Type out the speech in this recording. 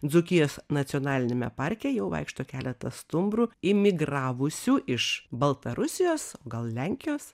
dzūkijos nacionaliniame parke jau vaikšto keletas stumbrų imigravusių iš baltarusijos gal lenkijos